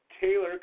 Taylor